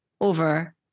over